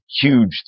huge